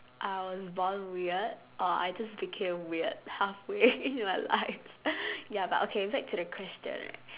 I was born weird or I just became weird halfway in my life ya but okay back to the question right